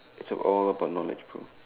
it's all about knowledge bro